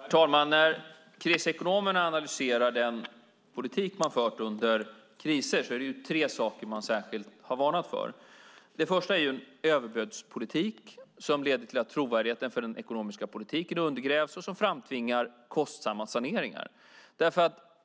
Herr talman! När krisekonomerna analyserar den politik som har förts under kriser är det tre saker som man särskilt har varnat för. Det första är en överflödspolitik som leder till att trovärdigheten för den ekonomiska politiken undergrävs och framtvingar kostsamma saneringar.